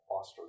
foster